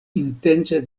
intence